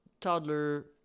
toddler